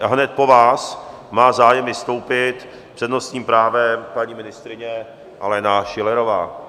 A hned po vás má zájem vystoupit s přednostním právem paní ministryně Alena Schillerová.